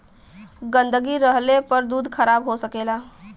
गन्दगी रहले पर दूध खराब हो सकेला